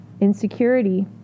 insecurity